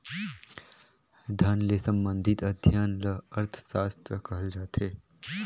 धन ले संबंधित अध्ययन ल अर्थसास्त्र कहल जाथे